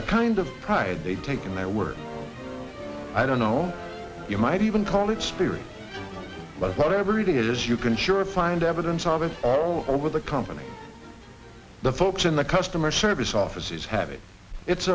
a kind of pride they take in their work i don't know you might even call it spirit but whatever it is you can sure find evidence of it all over the company the folks in the customer service offices have it it's